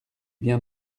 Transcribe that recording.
bien